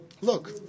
Look